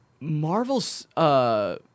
Marvel's